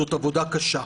זאת עבודה קשה.